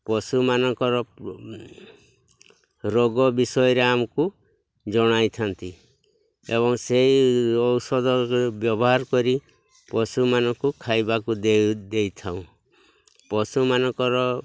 ପଶୁମାନଙ୍କର ରୋଗ ବିଷୟରେ ଆମକୁ ଜଣାଇଥାନ୍ତି ଏବଂ ସେଇ ଔଷଧ ବ୍ୟବହାର କରି ପଶୁମାନଙ୍କୁ ଖାଇବାକୁ ଦେଇ ଦେଇଥାଉ ପଶୁମାନଙ୍କର